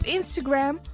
Instagram